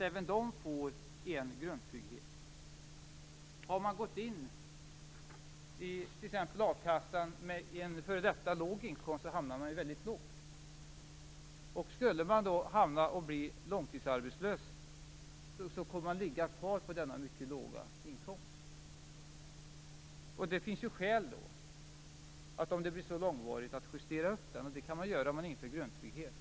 Även de måste få en grundtrygghet. Har man gått in i t.ex. akassan med en f.d. låg inkomst hamnar man ju väldigt lågt. Skulle man då bli långtidsarbetslös kommer man att ligga kvar på denna mycket låga inkomst. Om det blir så långvarigt, finns det skäl att justera upp den. Det kan man göra om inför en grundtrygghet.